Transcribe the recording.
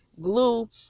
glue